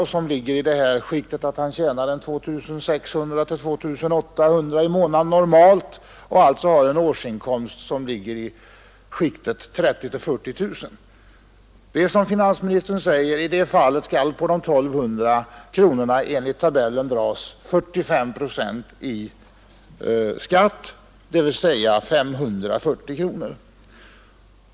Han tjänar normalt 2 600—2 800 kronor i månaden och har alltså en årsinkomst i skiktet 30 001—40 000 kronor. Det är som finansministern säger att i det fallet skall på de 1 200 kronorna enligt tabellen dras 45 procent i skatt, dvs. 540 kronor.